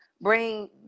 bring